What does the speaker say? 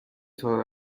طور